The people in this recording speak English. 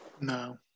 no